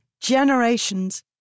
generations